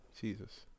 Jesus